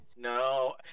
No